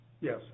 Yes